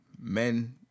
men